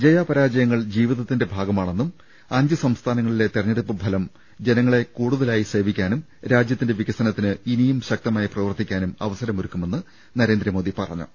ജയ പരാജ യങ്ങൾ ജീവിതത്തിന്റെ ഭാഗമാണെന്നും അഞ്ചുസംസ്ഥാനങ്ങളിലെ തെര ഞ്ഞെടുപ്പ് ഫലം ജനങ്ങളെ കൂടുതലായി സേവിക്കാനും രാജ്യത്തിന്റെ വികസനത്തിന് ഇനിയും ശക്തമായി പ്രവർത്തിക്കാനും അവസരമൊരുക്കു മെന്ന് നരേന്ദ്രമോദി പറഞ്ഞു